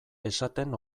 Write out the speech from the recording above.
esaten